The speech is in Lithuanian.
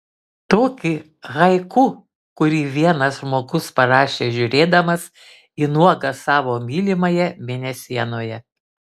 tokį haiku kurį vienas žmogus parašė žiūrėdamas į nuogą savo mylimąją mėnesienoje